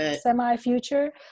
semi-future